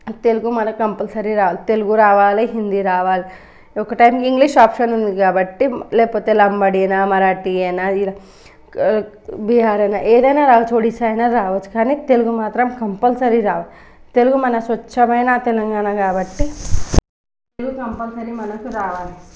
తెలుగు మనకి కంపల్సరీ రావాలి తెలుగు రావాలి హిందీ రావాలి ఒకటి ఇంగ్లీష్ ఆప్షన్ ఉంది కాబట్టి లేకపోతే లంబాడీ అయినా మరాఠీ అయినా బీహారీ అయినా ఏదైనా రావచ్చు ఒడిస్సా అయినా రావచ్చు కానీ తెలుగు మాత్రం కంపల్సరీ రావాలి తెలుగు మన స్వచ్ఛమైన తెలంగాణ కాబట్టి తెలుగు కంపల్సరీ మనకు రావాలి